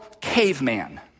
caveman